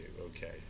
Okay